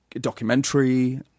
documentary